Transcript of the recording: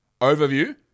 overview